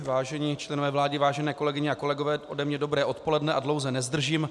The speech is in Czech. Vážení členové vlády, vážené kolegyně a kolegové, ode mne dobré odpoledne a dlouze nezdržím.